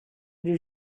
did